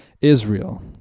Israel